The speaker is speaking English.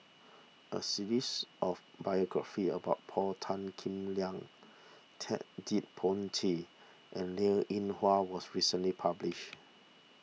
a series of biographies about Paul Tan Kim Liang Ted De Ponti and Linn in Hua was recently published